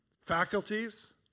faculties